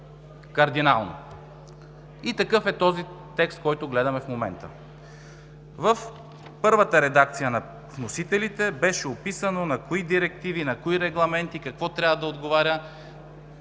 променени. Такъв е и този текст, който гледаме в момента. В първата редакция на вносителите беше описано на кои директиви, на кои регламенти какво трябва да отговаря